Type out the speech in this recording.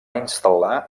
instal·lar